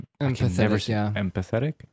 empathetic